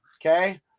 okay